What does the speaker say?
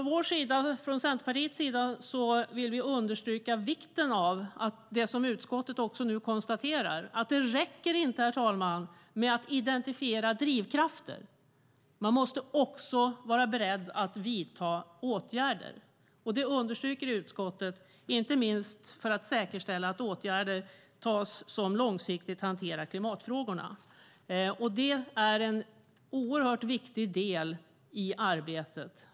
Vi i Centerpartiet vill understryka vikten av det som utskottet nu också konstaterar, nämligen att det inte räcker med att identifiera drivkrafter utan att man också måste vara beredd att vidta åtgärder. Det understryker utskottet, inte minst för att säkerställa att åtgärder vidtas som långsiktigt hanterar klimatfrågorna. Det är en oerhört viktig del i arbetet.